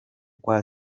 kwa